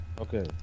Okay